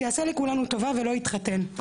שיעשה לכולנו טובה ולא יתחתן.